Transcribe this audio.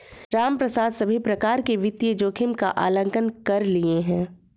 रामप्रसाद सभी प्रकार के वित्तीय जोखिम का आंकलन कर लिए है